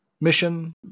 mission